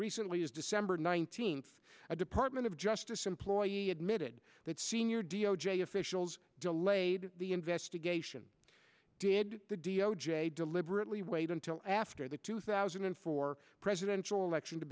recently as december nineteenth a department of justice employee admitted that senior d o j officials delayed the investigation did the d o j deliberately wait until after the two thousand and four presidential election to